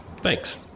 Thanks